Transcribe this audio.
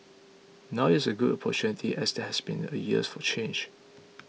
now is as good an opportunity as there has been in a years for change